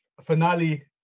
finale